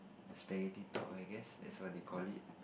spaghetti top I guess that's what they call it